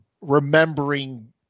remembering